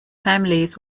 families